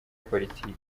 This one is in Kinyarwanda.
politike